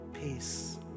peace